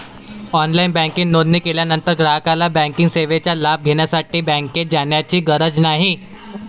online banking नोंदणी केल्यानंतर ग्राहकाला बँकिंग सेवेचा लाभ घेण्यासाठी बँकेत जाण्याची गरज नाही